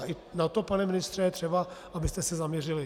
I na to, pane ministře, je třeba, abyste se zaměřili.